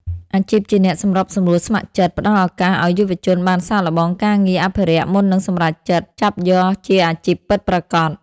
អាជីពជាអ្នកសម្របសម្រួលស្ម័គ្រចិត្ត ផ្តល់ឱកាសឱ្យយុវជនបានសាកល្បងការងារអភិរក្សមុននឹងសម្រេចចិត្តចាប់យកជាអាជីពពិតប្រាកដ។